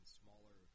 smaller